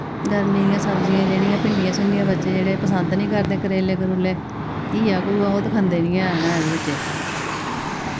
गर्मी दियां सब्जियां जेह्ड़ियां भिंडियां शिंडियां बच्चे जेह्ड़े पसंद नि करदे करेले करुले घीया घुया ओह् ते खंदे नि हैन बच्चे